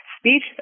speech